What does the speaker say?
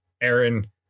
Aaron